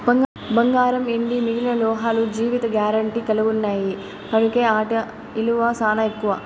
బంగారం, ఎండి మిగిలిన లోహాలు జీవిత గారెంటీ కలిగిన్నాయి కనుకే ఆటి ఇలువ సానా ఎక్కువ